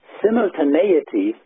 simultaneity